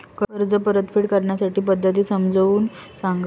कर्ज परतफेड करण्याच्या पद्धती समजून सांगा